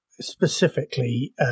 specifically